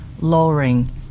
lowering